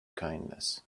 kindness